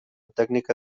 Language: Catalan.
tècnica